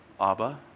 Abba